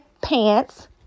pants